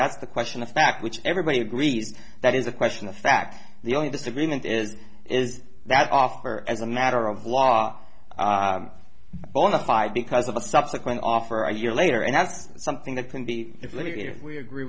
that's the question of fact which everybody agrees that is a question of fact the only disagreement is is that offer as a matter of law bona fide because of a subsequent offer a year later and that's something that can be litigated we agree